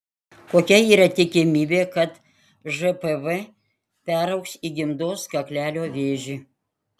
kokia yra tikimybė kad žpv peraugs į gimdos kaklelio vėžį